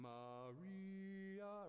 Maria